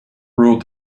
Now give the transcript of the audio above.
ruled